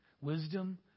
wisdom